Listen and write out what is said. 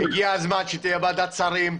הגיע הזמן שתהיה ועדת שרים,